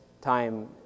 time